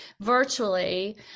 virtually